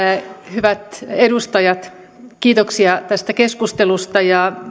hyvät edustajat kiitoksia tästä keskustelusta